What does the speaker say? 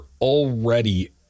already